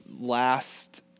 last